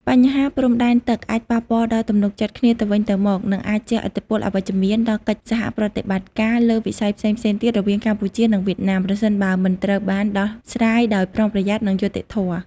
បញ្ហាព្រំដែនទឹកអាចប៉ះពាល់ដល់ទំនុកចិត្តគ្នាទៅវិញទៅមក និងអាចជះឥទ្ធិពលអវិជ្ជមានដល់កិច្ចសហប្រតិបត្តិការលើវិស័យផ្សេងៗទៀតរវាងកម្ពុជា និងវៀតណាម ប្រសិនបើមិនត្រូវបានដោះស្រាយដោយប្រុងប្រយ័ត្ន និងយុត្តិធម៌។